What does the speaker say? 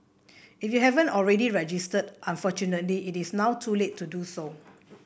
if you haven't already registered unfortunately it is now too late to do so